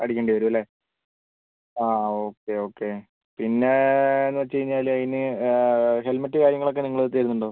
അടിക്കേണ്ടി വരും അല്ലേ ആ ഓക്കെ ഓക്കെ പിന്നെ എന്ന് വെച്ച് കഴിഞ്ഞാൽ അതിന് ഹെൽമെറ്റ് കാര്യങ്ങളൊക്കെ നിങ്ങൾ തരുന്നുണ്ടൊ